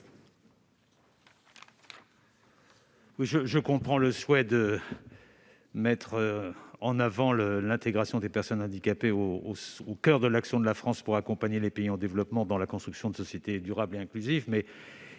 Je comprends le souhait de placer l'intégration des personnes handicapées au coeur de l'action de la France pour l'accompagnement des pays en développement dans la construction de sociétés durables et inclusives.